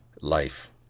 life